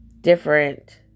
different